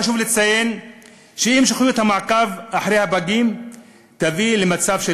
חשוב לציין שאי-המשכיות המעקב אחר הפגים תביא למצב של